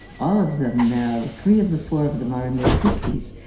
all of them now, three of the four of them are in their fifty